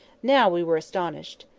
now we were astonished.